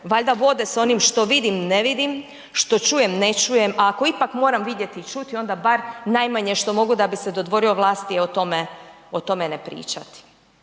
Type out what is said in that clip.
valjda vode s onim što vidim ne vidim, što čujem ne čujem a ako ipak moram vidjeti i čuti onda bar najmanje što mogu da bi se dodvorio vlasti je o tome, o tome ne pričati.